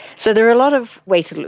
so there are a lot of weight and